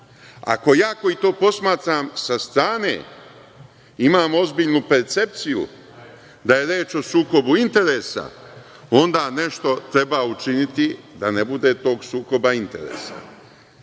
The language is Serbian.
Ako ja koji to posmatram sa strane imam ozbiljnu percepciju da je reč o sukobu interesa, onda nešto treba učiniti da ne bude tog sukoba interesa. Inače,